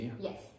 Yes